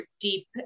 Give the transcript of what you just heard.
deep